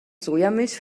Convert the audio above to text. sojamilch